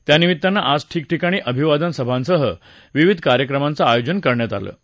यानिमित्त आज ठिकठिकाणी अभिवादन सभांसह विविध कार्यक्रमांचं आयोजन करण्यात आलं आहे